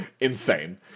Insane